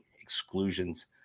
exclusions